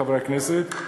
חברי הכנסת,